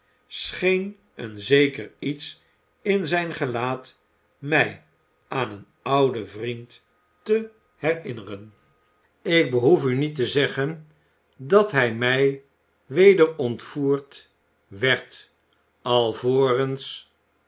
scheen een zeker iets in zijn gelaat mij aan een oud vriend te herinneren olivier twist ik behoef u niet te zeggen dat hij mij weder j ontvoerd werd